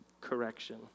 correction